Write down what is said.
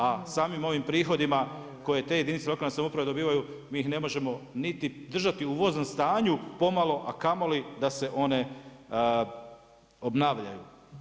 A samim ovim prihodima koje te jedinice lokalne samouprave dobivaju mi ih ne možemo niti držati u voznom stanju pomalo, a kamoli da se one obnavljaju.